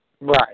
Right